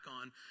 on